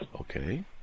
Okay